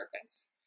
surface